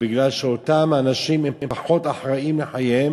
בגלל שאותם אנשים הם פחות אחראיים בנוגע לחייהם,